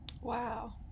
Wow